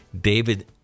David